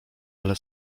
ale